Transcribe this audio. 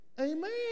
Amen